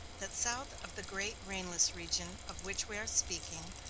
that south of the great rainless region of which we are speaking,